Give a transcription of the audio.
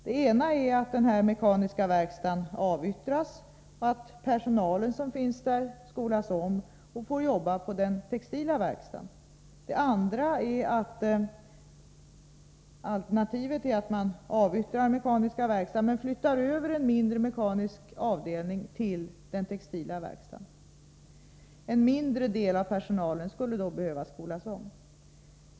Det ena är att den här mekaniska verkstaden avyttras och att personalen skolas om och får jobba på den textila verkstaden. Det andra alternativet är att man avyttrar den mekaniska verkstaden men flyttar över en mindre mekanisk avdelning till den textila verkstaden. En mindre del av personalen skulle då behöva skolas om.